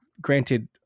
Granted